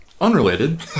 Unrelated